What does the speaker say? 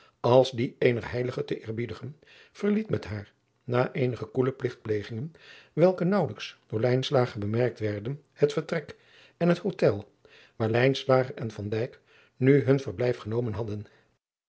als die eener heilige te eerbiedigen verliet met haar na eenige koele pligtplegingen welke naauwelijks door lijnslager bemerkt werden het vertrek en het hotel waar lijnslager en van dijk nu hun verblijf genomen hadden